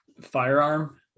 firearm